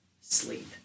sleep